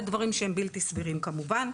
אלה דברים שהם בלתי סבירים כמובן.